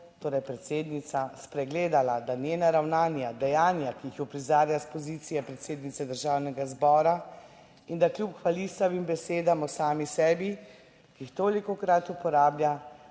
torej predsednica spregledala, da njena ravnanja, dejanja, ki jih uprizarja s pozicije predsednice Državnega zbora in da kljub hvalisavim besedam o sami sebi, ki jih tolikokrat uporablja,